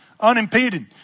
unimpeded